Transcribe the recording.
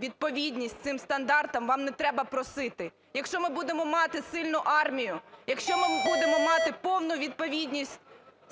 відповідність цим стандартам, вам не треба просити. Якщо ми будемо мати сильну армію, якщо ми будемо мати повну відповідність